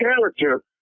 character